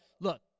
Look